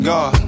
God